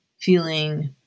feeling